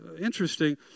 interesting